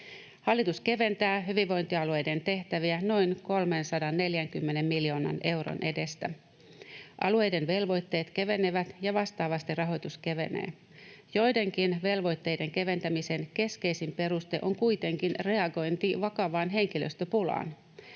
Hallitus keventää hyvinvointialueiden tehtäviä noin 340 miljoonan euron edestä. Alueiden velvoitteet kevenevät ja vastaavasti rahoitus kevenee. Joidenkin velvoitteiden keventämisen keskeisin peruste on kuitenkin reagointi vakavaan henkilöstöpulaan.